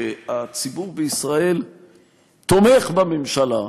שהציבור בישראל תומך בממשלה.